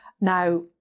Now